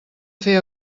fer